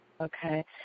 Okay